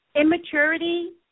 immaturity